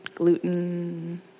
gluten